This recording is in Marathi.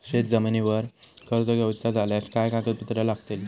शेत जमिनीवर कर्ज घेऊचा झाल्यास काय कागदपत्र लागतली?